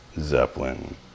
Zeppelin